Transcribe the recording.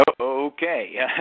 Okay